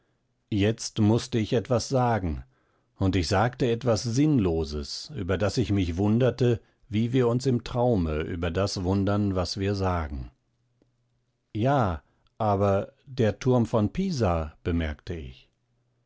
jetzt mußte ich etwas sagen und ich sagte etwas sinnloses über das ich mich wunderte wie wir uns im traume über das wundern was wir sagen ja aber der turm von pisa bemerkte ich